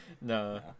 No